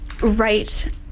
right